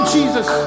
Jesus